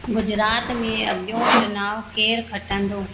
गुजरात में अॻियों चुनाव केरु खटंदो